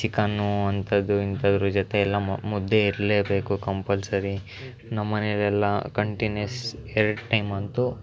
chicken ಅಂಥದ್ದು ಇಂಥದ್ರು ಜೊತೆಯೆಲ್ಲ ಮುದ್ದೆ ಇರಲೇಬೇಕು ಕಂಪಲ್ಸರಿ ನಮ್ಮ ಮನೆಯಲೆಲ್ಲ ಕಂಟಿನ್ಯೂಸ್ ಎರಡು ಟೈಮ್ ಅಂತೂ